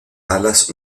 alas